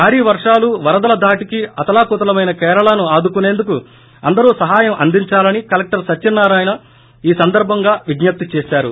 భారీ వర్షాలు వరదల ధాటికి అతలాకుతలమైన కేరళను ఆదుకుసేందుకు అందరూ సహాయం అందించాలని కలెక్టర్ సత్యనారాయణ ఈ సందర్బంగా విజ్ఞప్తి చేశారు